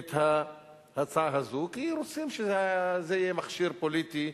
את ההצעה הזאת, כי רוצים שזה יהיה מכשיר פוליטי.